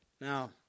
Now